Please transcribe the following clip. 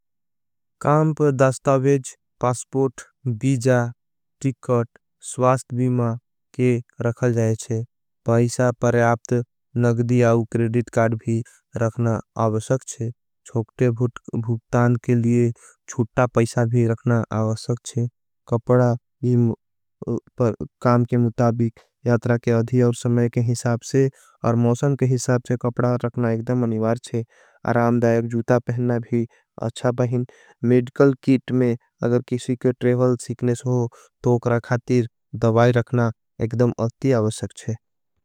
काम्प, दास्तावेज, passport, visa, ticket स्वास्थ। बीमा के रखल जाये छे पैसा परयाप्त नगदी आउ क्रेडिट। कार्ड भी रखना आवसक छे छोक्टे भूक्तान के लिए छुट्टा। पैसा भी रखना आवसक छे कपड़ा पर काम के मुताबिक। यात्रा के अधिया और समय के हिसाबसे और मौसम के। हिसाबसे कपड़ा रखना एकदम अनिवार छे अराम। दायक जूता पैनना भी अच्छा पैन मेडिकल कीट में। अगर किसी को ट्रेवल सिकनेश हो तो उकरा खातीर। दबाई रखना एकदम अपती आवसक छे।